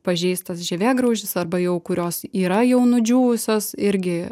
pažeis tas žievėgraužis arba jau kurios yra jau nudžiūvusios irgi